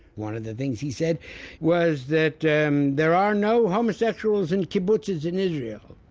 one of the things he said was that and there are no homosexuals in kibbutzes in israel.